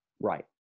right